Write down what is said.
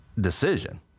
decision